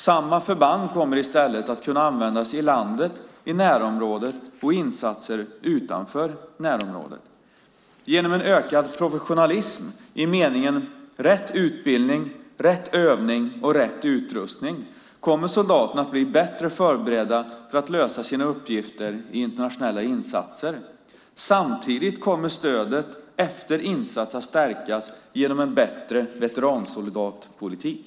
Samma förband kommer i stället att kunna användas i landet, i närområdet och i insatser utanför närområdet. Genom en ökad professionalism - i meningen rätt utbildning, övning och utrustning - kommer soldaterna att bli bättre förberedda för att lösa sina uppgifter i internationella insatser. Samtidigt kommer stödet efter insats att stärkas genom en bättre veteransoldatpolitik.